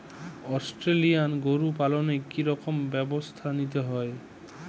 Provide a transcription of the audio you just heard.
Australian গরু পালনে কি রকম ব্যবস্থা নিতে হয়?